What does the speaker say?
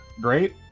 great